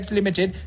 Limited